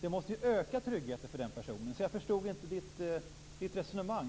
Det måste öka tryggheten för den som tar anställning. Jag förstod inte Christina Axelssons resonemang.